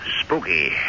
Spooky